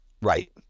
Right